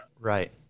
Right